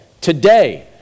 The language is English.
Today